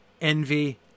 Envy